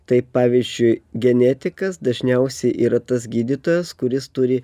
tai pavyzdžiui genetikas dažniausiai yra tas gydytojas kuris turi